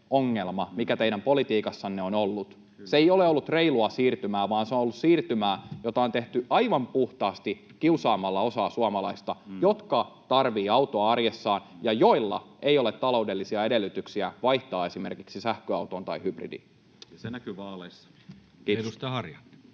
ongelma, mikä teidän politiikassanne on ollut. Se ei ole ollut reilua siirtymää, vaan se on ollut siirtymää, jota on tehty aivan puhtaasti kiusaamalla osaa suomalaisista, jotka tarvitsevat autoa arjessaan ja joilla ei ole taloudellisia edellytyksiä vaihtaa esimerkiksi sähköautoon tai hybridiin. [Sebastian Tynkkynen: Se näkyi vaaleissa!] — Kiitos. Edustaja Harjanne.